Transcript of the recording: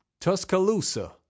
Tuscaloosa